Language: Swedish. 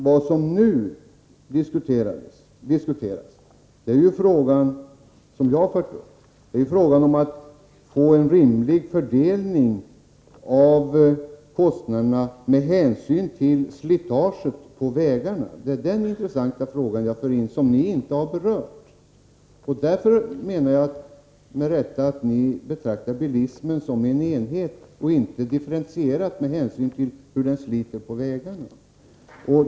Vad jag har tagit upp till diskussion är frågan om en rimlig fördelning av kostnaderna med hänsyn till slitaget på vägarna — det är den intressanta frågan jag för in i resonemanget, och den har ni inte berört. Därför menar jag — med rätta — att ni betraktar bilismen som en enhet och inte differentierat med hänsyn till hur fordonen sliter på vägarna.